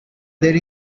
del